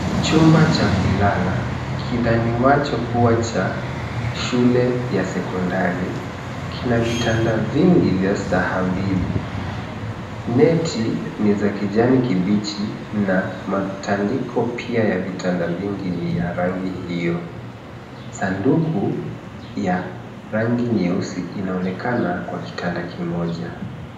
Chumba cha kulala, kinadhaniwacho kuwa cha shule ya sekondari, kina vitanda vingi vya staha mbili. Neti ni za kijani kibichi, na matandiko pia ya vitanda vingi ni ya rangi hiyo. Sanduku ya rangi nyeusi linaonekana kwa kitanda kimoja.